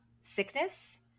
sickness